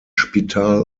spital